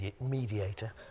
mediator